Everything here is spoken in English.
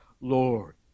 Lord